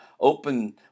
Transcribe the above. open